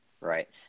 Right